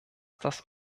das